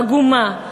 עגומה,